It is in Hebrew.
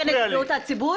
ולסכן את הציבור?